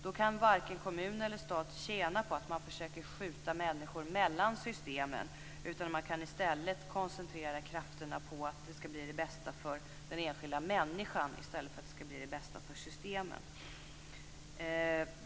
Då kan varken kommun eller stat tjäna på att man försöker skjuta människor mellan systemen. Man kan i stället koncentrera krafterna på att det skall bli det bästa för den enskilda människan i stället för det bästa för systemen.